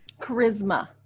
charisma